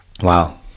Wow